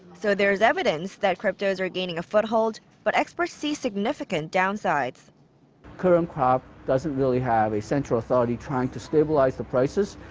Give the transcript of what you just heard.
so there's evidence that cryptos are gaining a foothold, but experts see significant downsides. the current crop doesn't really have a central authority trying to stabilize the prices,